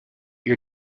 your